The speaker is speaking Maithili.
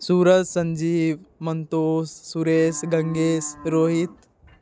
सूरज संजीव मन्तोष सुरेश गङ्गेश रोहित